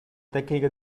tecnica